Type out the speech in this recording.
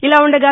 ఇలా ఉండగా